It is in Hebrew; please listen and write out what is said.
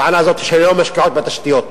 הטענה היא שהן לא משקיעות בתשתיות.